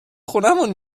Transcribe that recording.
خونمون